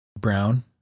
Brown